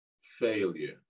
failure